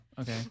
okay